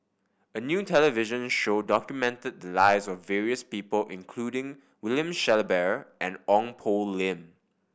a new television show documented the lives of various people including William Shellabear and Ong Poh Lim